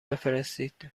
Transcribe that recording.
بفرستید